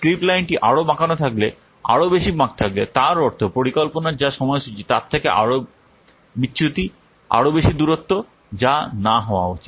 slip লাইনটি আরও বাঁকানো থাকলে আরও বেশি বাঁক থাকলে তার অর্থ পরিকল্পনার যা সময়সূচী তার থেকে আরও বিচ্যুতি আরও বেশি দূরত্ব যা না হওয়া উচিত